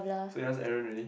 so you ask Aaron already